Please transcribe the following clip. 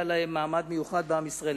היה להם מעמד מיוחד בעם ישראל,